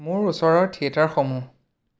মোৰ ওচৰৰ থিয়েটাৰসমূহ